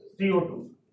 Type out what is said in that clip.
CO2